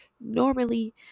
Normally